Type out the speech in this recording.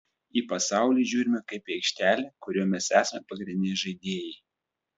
į pasaulį žiūrime kaip į aikštelę kurioje mes esame pagrindiniai žaidėjai